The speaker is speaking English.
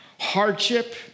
hardship